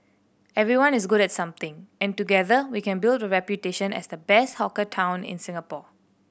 everyone is good at something and together we can build a reputation as the best hawker town in Singapore